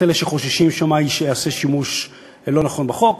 אלה שחוששים שמא ייעשה שימוש לא נכון בחוק.